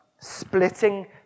splitting